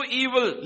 evil